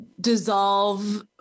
dissolve